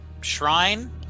shrine